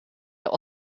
der